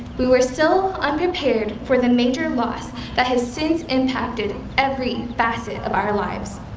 we were still unprepared for the major loss that has since impacted every facet of our lives.